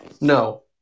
No